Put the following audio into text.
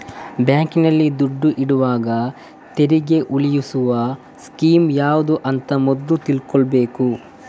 ಬ್ಯಾಂಕಿನಲ್ಲಿ ದುಡ್ಡು ಇಡುವಾಗ ತೆರಿಗೆ ಉಳಿಸುವ ಸ್ಕೀಮ್ ಯಾವ್ದು ಅಂತ ಮೊದ್ಲು ತಿಳ್ಕೊಬೇಕು